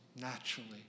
naturally